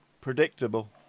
Predictable